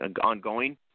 ongoing